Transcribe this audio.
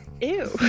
Ew